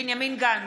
בנימין גנץ,